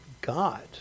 God